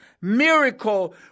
miracle